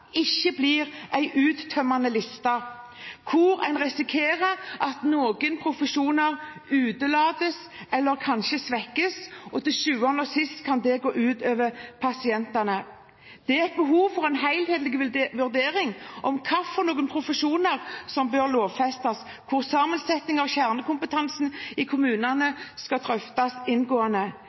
ikke blir en uttømmende liste, hvor en risikerer at noen profesjoner utelates eller kanskje svekkes. Til syvende og sist kan det gå ut over pasientene. Det er behov for en helhetlig vurdering av hvilke profesjoner som bør lovfestes, hvor sammensetningen av kjernekompetansen i kommunene drøftes inngående.